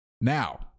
Now